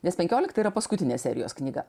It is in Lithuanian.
nes penkiolikta yra paskutinė serijos knyga